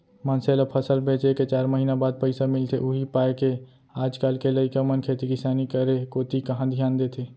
मनसे ल फसल बेचे के चार महिना बाद पइसा मिलथे उही पायके आज काल के लइका मन खेती किसानी करे कोती कहॉं धियान देथे